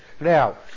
Now